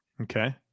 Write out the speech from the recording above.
Okay